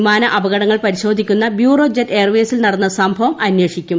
വിമാന അപകടങ്ങൾ പരിശോധിക്കുന്ന ബ്യൂറോ ജെറ്റ് എയർവെയ്സിൽ നടന്ന സംഭവം അന്വേഷിക്കും